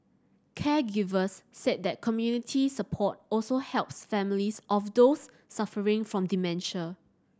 caregivers said that community support also helps families of those suffering from dementia